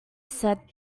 said